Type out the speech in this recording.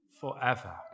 forever